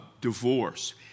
divorce